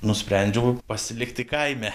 nusprendžiau pasilikti kaime